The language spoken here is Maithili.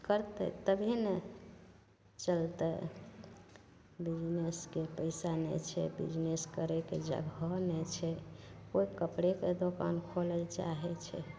करतै तभिए ने चलतै बिजनेसके पइसा नहि छै बिजनेस करैके जगह नहि छै कोइ कपड़ेके दोकान खोलै ले चाहै छै